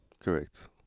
Correct